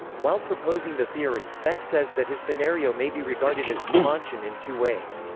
while proposing the theory, beck says that his scenario may be regarded as cumontian in two ways.